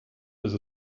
dass